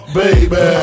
baby